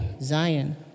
Zion